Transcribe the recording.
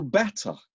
better